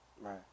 Right